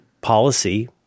policy